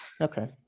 Okay